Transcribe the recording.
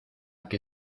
que